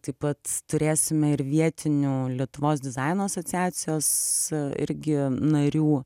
taip pat turėsime ir vietinių lietuvos dizaino asociacijos irgi narių